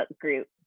group